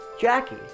Jackie